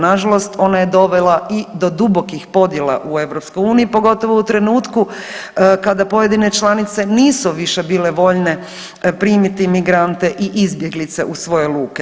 Nažalost ona je dovela i do dubokih podjela u EU, pogotovo u trenutku kada pojedine članice nisu više bile voljne primiti migrante i izbjeglice u svoje luke.